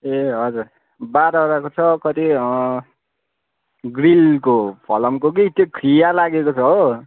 ए हजुर बाह्रवटाको छ कति ग्रिलको फलामको कि त्यो खिया लागेको छ हो